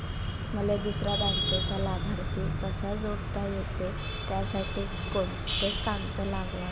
मले दुसऱ्या बँकेचा लाभार्थी कसा जोडता येते, त्यासाठी कोंते कागद लागन?